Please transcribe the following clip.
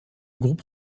groupe